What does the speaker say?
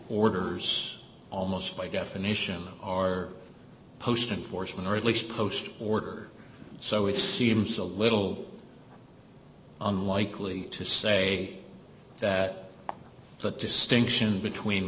orders almost by definition or post enforcement or at least post order so it seems a little unlikely to say that that distinction between